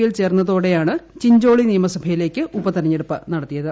യിൽ ചേർന്നതോടെയാണ് ചിഞ്ചോളി നിയമ സഭയിലേക്ക് ഉപതെരെഞ്ഞെടുപ്പ് നടത്തിയത്